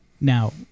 Now